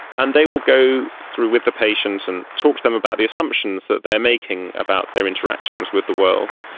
and they will go through with the patient and talk to them about the assumptions that they are making about their interactions with the world,